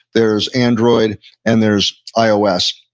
there's android and there's ios.